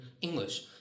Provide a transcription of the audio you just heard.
English